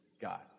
God